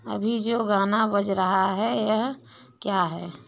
अभी जो गाना बज रहा है यह क्या है